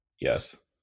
Yes